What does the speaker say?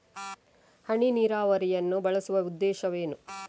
ಹನಿ ನೀರಾವರಿಯನ್ನು ಬಳಸುವ ಉದ್ದೇಶವೇನು?